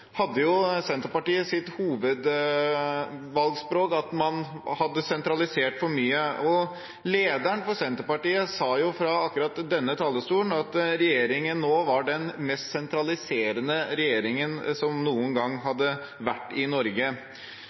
hadde Senterpartiet som sitt hovedvalgspråk at man hadde sentralisert for mye, og lederen for Senterpartiet sa fra akkurat denne talerstolen at denne regjeringen nå var den mest sentraliserende regjeringen som noen gang hadde vært i Norge.